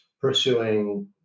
pursuing